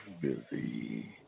busy